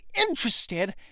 interested